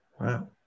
Wow